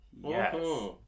yes